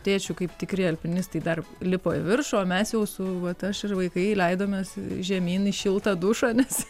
tėčiai kaip tikri alpinistai dar lipo į viršų o mes jau su vat aš ir vaikai leidomės žemyn į šiltą dušą nes